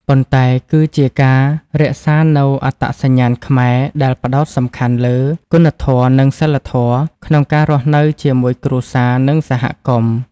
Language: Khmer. ប៉ុន្តែគឺជាការរក្សានូវអត្តសញ្ញាណខ្មែរ ដែលផ្ដោតសំខាន់លើ គុណធម៌ និង សីលធម៌ ក្នុងការរស់នៅជាមួយគ្រួសារ និងសហគមន៍។